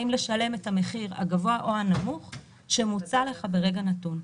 האם לשלם את המחיר הגבוה או הנמוך שמוצע לך ברגע נתון.